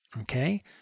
Okay